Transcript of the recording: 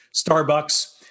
Starbucks